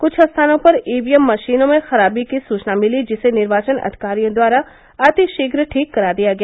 कुछ स्थानों पर ईवीएम मशीनों में खराबी की सूचना मिली जिसे निर्वाचन अधिकारियों द्वारा अतिशीघ्र ठीक करा दिया गया